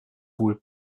wohl